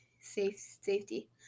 Safety